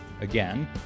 Again